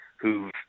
who've